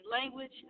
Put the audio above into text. language